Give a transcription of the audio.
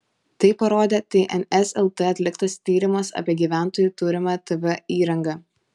tai parodė tns lt atliktas tyrimas apie gyventojų turimą tv įrangą